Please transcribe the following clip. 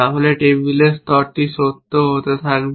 তাহলে টেবিলের স্তরটি সত্য হতে থাকবে